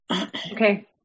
Okay